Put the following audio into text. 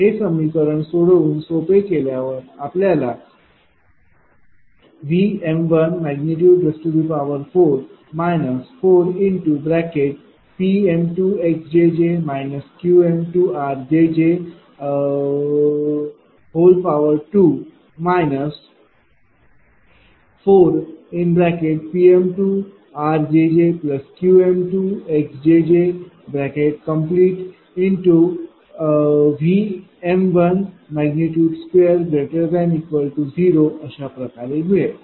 हे समीकरण सोडवून सोपे केल्यावर आपल्याला।V।4 4Pm2xjj Qm2rjj2 4Pm2rjj2Qm2xjj।V।2≥0 अशा प्रकारे मिळेल